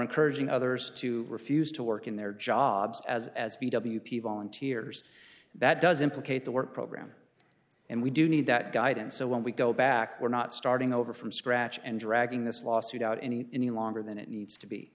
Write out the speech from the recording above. encouraging others to refuse to work in their jobs as as b w p volunteers that does implicate the work program and we do need that guidance so when we go back we're not starting over from scratch and dragging this lawsuit out any any longer than it needs to be